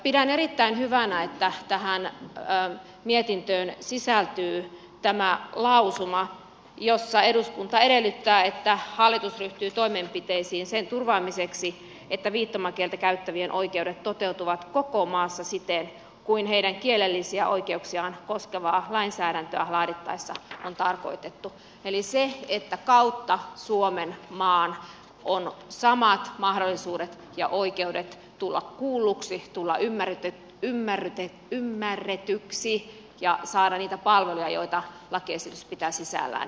pidän erittäin hyvänä että tähän mietintöön sisältyy tämä lausuma jossa eduskunta edellyttää että hallitus ryhtyy toimenpiteisiin sen turvaamiseksi että viittomakieltä käyttävien oikeudet toteutuvat koko maassa siten kuin heidän kielellisiä oikeuksiaan koskevaa lainsäädäntöä laadittaessa on tarkoitettu eli sen että kautta suomenmaan on samat mahdollisuudet ja oikeudet tulla kuulluksi tulla ymmärretyksi ja saada niitä palveluja joita lakiesitys pitää sisällään